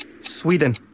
Sweden